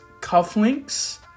cufflinks